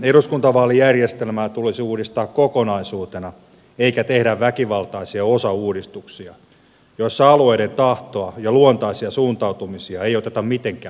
eduskuntavaalijärjestelmää tulisi uudistaa kokonaisuutena eikä tehdä väkivaltaisia osauudistuksia joissa alueiden tahtoa ja luontaisia suuntautumisia ei oteta mitenkään huomioon